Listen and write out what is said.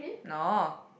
no